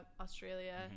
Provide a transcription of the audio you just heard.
Australia